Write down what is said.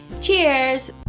cheers